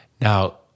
Now